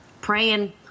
praying